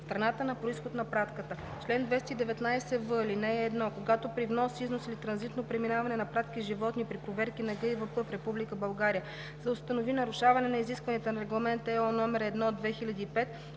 страната на произход на пратката. Чл. 219в. (1) Когато при внос, износ или транзитно преминаване на пратки с животни при проверките на ГИВП в Република България се установи нарушаване на изискванията на Регламент (ЕО) № 1/2005,